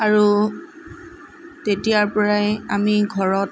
আৰু তেতিয়াৰ পৰাই আমি ঘৰত